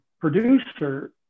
producer